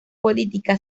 política